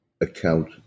account